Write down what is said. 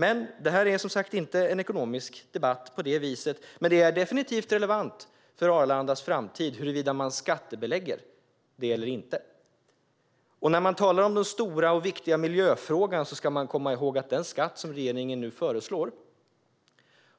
Men det här är, som sagt, inte en ekonomisk debatt på det viset. Men det är definitivt relevant för Arlandas framtid huruvida man skattebelägger flyget eller inte. När man talar om den stora och viktiga miljöfrågan ska man komma ihåg att den skatt som regeringen nu föreslår